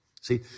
See